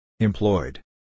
Employed